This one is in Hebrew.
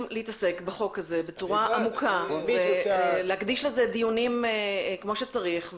להתעסק בחוק הזה בצורה עמוקה ולהקדיש לזה דיונים כמו שצריך,